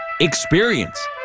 experience